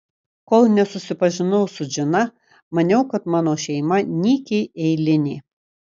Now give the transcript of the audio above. kol nesusipažinau su džina maniau kad mano šeima nykiai eilinė